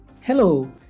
hello